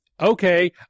Okay